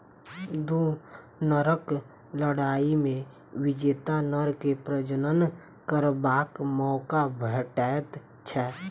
दू नरक लड़ाइ मे विजेता नर के प्रजनन करबाक मौका भेटैत छै